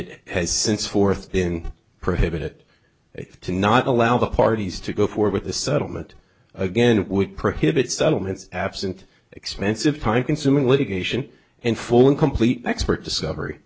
it has since fourth been prohibited to not allow the parties to go forward with the settlement again that would prohibit settlements absent expensive time consuming litigation and full and complete expert discovery